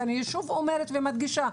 ואני שוב אומרת ומדגישה,